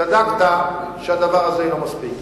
צדקת, שהדבר הזה אינו מספיק.